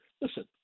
Listen